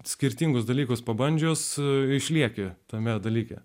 skirtingus dalykus pabandžius išlieki tame dalyke